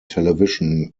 television